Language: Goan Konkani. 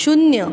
शुन्य